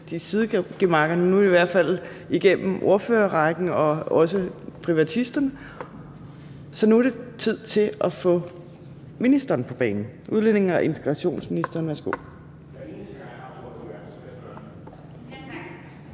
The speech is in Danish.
i sidegemakkerne. Nu er vi i hvert fald igennem ordførerrækken og også privatisterne, så nu er det tid til at få ministeren på banen. Udlændinge- og integrationsministeren, værsgo.